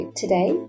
today